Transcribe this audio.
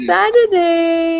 Saturday